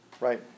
right